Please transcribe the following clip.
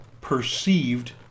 perceived